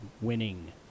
winning